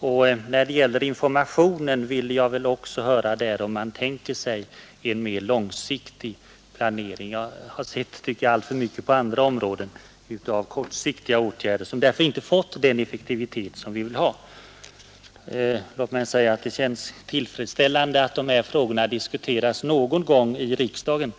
Också beträffande informationen vill jag höra om man tänker sig en mera långsiktig planering. Jag har på andra områden sett alltför mycket av kortsiktiga åtgärder på informationssidan, vilka därför inte fått den effektivitet som man bör kunna fordra. Det känns tillfredsställande att de här frågorna diskuteras någon gång i riksdagen.